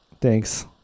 Thanks